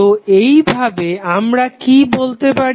তো এইভাবে আমরা কি বলতে পারি